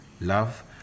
love